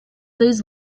days